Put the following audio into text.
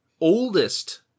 oldest